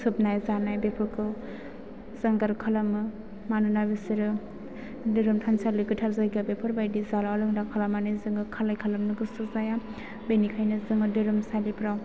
सोबनाय जानाय बेफोरखौ जानगार खालामो मानोना बिसोरो धोरोम थानसालि गोथार जायगा बेफोरबायदि जाला लोंला खालामनानै जोङो खालाय खालामनो गोसो जाया बेनिखायनो जोङो धोरोमसालिफोराव